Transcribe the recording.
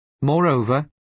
Moreover